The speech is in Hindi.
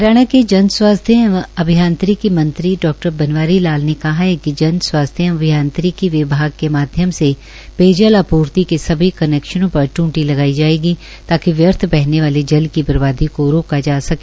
हरियाणा के जन स्वास्थ्य एवं अभियांत्रिकी मंत्री डा बनवारी लाल ने कहा है कि जन स्वास्थ्य एवं अभियांत्रिकी विभाग के माध्यम से पेयजल आपूर्ति के सभी कनैक्शनों पर ट्रंटी लगाई जाएगी ताकि व्यर्थ बहने वाले जल की बर्बादी को रोका जा सके